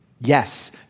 Yes